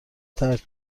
ترک